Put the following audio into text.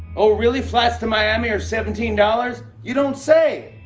oh, really? flights to miami are seventeen dollars? you don't say.